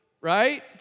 Right